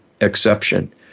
exception